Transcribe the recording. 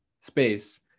space